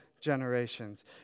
generations